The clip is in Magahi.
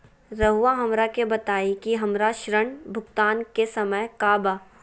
रहुआ हमरा के बताइं कि हमरा ऋण भुगतान के समय का बा?